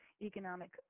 economic